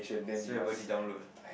so everybody download